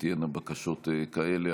אם תהיינה בקשות כאלה,